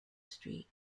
street